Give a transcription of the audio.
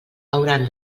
hauran